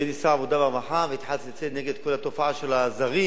כשהייתי שר העבודה והרווחה והתחלתי לצאת נגד כל התופעה של הזרים,